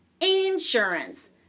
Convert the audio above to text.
Insurance